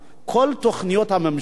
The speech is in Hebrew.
כל תוכניות הממשלה,